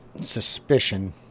suspicion